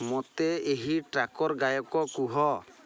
ମୋତେ ଏହି ଟ୍ରାକର୍ ଗାୟକ କୁହ